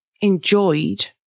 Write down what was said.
enjoyed